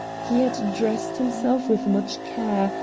he had dressed himself with much care,